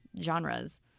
genres